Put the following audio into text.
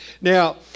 Now